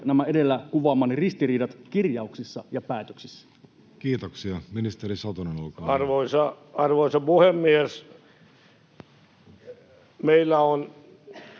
nämä edellä kuvaamani ristiriidat kirjauksissa ja päätöksissä? Kiitoksia. — Ministeri Satonen, olkaa hyvä. Arvoisa puhemies! Jos